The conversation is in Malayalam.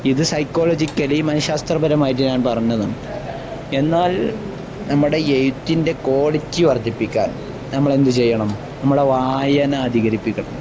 ഇത് സൈക്കോളജിക്കലി മനശ്ശാസ്ത്രപരമായിട്ട് ഞാൻ പറഞ്ഞതാണ് എന്നാൽ നമ്മുടെ എഴുത്തിൻ്റെ ക്വാളിറ്റി വർദ്ധിപ്പിക്കാൻ നമ്മളെന്തു ചെയ്യണം നമ്മുടെ വായന അധികരിപ്പിക്കണം